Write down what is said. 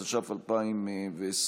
התש"ף 2020,